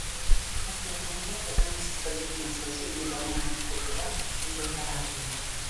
osteochondrozę galima sustabdyti masažu gydomąja fizkultūra fizioterapija